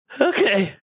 Okay